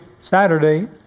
Saturday